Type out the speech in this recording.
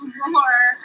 more